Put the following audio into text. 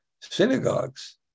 synagogues